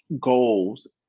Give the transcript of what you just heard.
goals